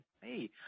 Hey